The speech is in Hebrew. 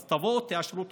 אז תבואו, תאשרו תוכניות.